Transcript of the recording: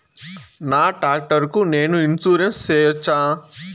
నా టాక్టర్ కు నేను ఇన్సూరెన్సు సేయొచ్చా?